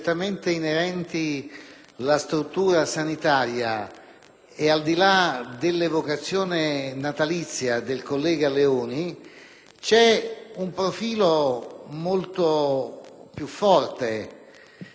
al di là dell'evocazione natalizia del collega Leoni, c'è un profilo molto più forte che emerge dal provvedimento di cui discutiamo.